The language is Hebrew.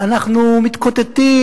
אנחנו מתקוטטים.